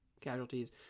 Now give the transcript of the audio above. Casualties